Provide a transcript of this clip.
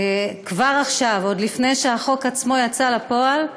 וכבר עכשיו, עוד לפני שהחוק עצמו יצא לפועל,